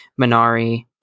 Minari